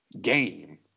game